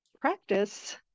practice